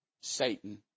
Satan